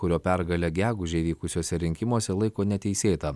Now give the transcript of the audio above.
kurio pergalę gegužę įvykusiuose rinkimuose laiko neteisėtą